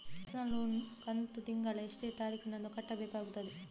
Personal loan ನ ಕಂತು ತಿಂಗಳ ಎಷ್ಟೇ ತಾರೀಕಿನಂದು ಕಟ್ಟಬೇಕಾಗುತ್ತದೆ?